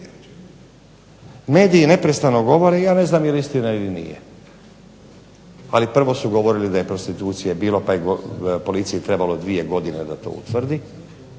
Mediji neprestano govore, ja ne znam je li istina ili nije, ali prvo su govorili da je prostitucije bilo, pa je policiji trebalo dvije godine da to utvrdi,